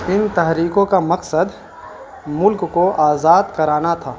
ان تحریکوں کا مقصد ملک کو آزاد کرانا تھا